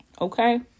Okay